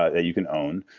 ah you can own,